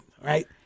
right